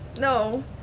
no